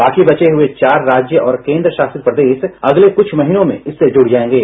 बाकी बचे हुए चार राज्य और केंद्र शासित प्रदेश अगले कुछ महीनों में इससे जुड़ जाएंगे